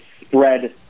spread